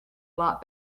lot